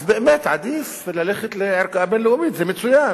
אז באמת עדיף ללכת לערכאה בין-לאומית, זה מצוין.